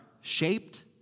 shaped